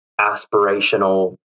aspirational